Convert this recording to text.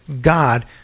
God